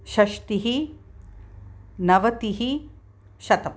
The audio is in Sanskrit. षष्टिः नवतिः शतम्